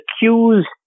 accused